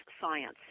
science